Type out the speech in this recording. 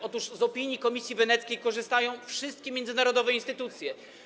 Otóż z opinii Komisji Weneckiej korzystają wszystkie międzynarodowe instytucje.